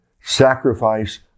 sacrifice